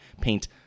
paint